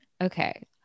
Okay